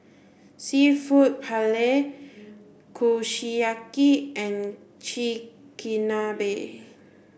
Seafood Paella Kushiyaki and Chigenabe